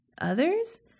Others